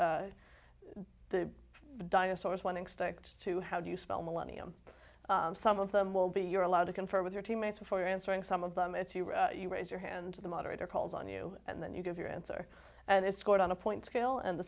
the dinosaurs one expects to how do you spell millennium some of them will be you're allowed to confer with your teammates before answering some of them it's you you raise your hand to the moderator calls on you and then you give your answer and it's scored on a point scale and the